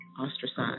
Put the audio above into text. Ostracized